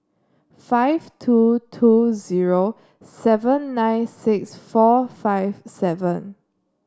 five two two zero seven nine six four five seven